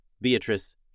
Beatrice